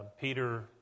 peter